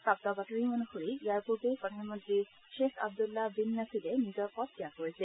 প্ৰাপ্ত বাতৰি অনুসৰি ইয়াৰ পূৰ্বে প্ৰধানমন্ত্ৰী শ্বেখ আব্দুল্লা বিন নছিদে নিজৰ পদ ত্যাগ কৰিছিল